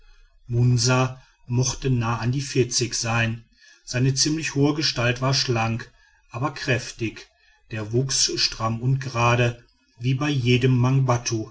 munsa mochte nahe an die vierzig sein seine ziemlich hohe gestalt war schlank aber kräftig der wuchs stramm und gerade wie bei jedem